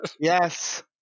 Yes